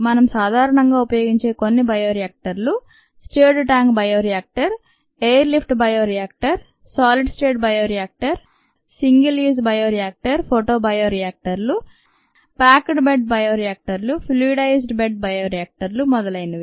మనం సాధారణంగా ఉపయోగించే కొన్ని బయోరియాక్టర్లు stirred tank bioreactor air lift bioreactor solid state bioreactor single use bioreactor ఫోటోబయోరియాక్టర్లు ప్యాక్ డ్ బెడ్ బయోరియాక్టర్లు ఫ్లూయిడైజ్డ్ బెడ్ బయోరియాక్టర్లు మొదలైన వి